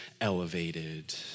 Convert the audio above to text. elevated